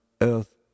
Earth